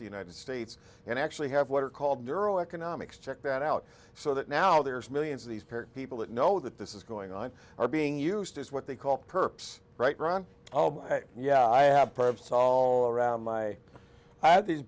the united states and actually have what are called neuroeconomics check that out so that now there's millions of these people that know that this is going on or being used as what they call perps right ron oh yeah i have perps all around my i have these